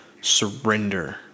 surrender